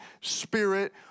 Spirit